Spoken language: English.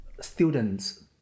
Students